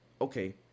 okay